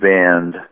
Band